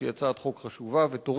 שהיא הצעת חוק חשובה ותורמת,